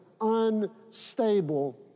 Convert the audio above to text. unstable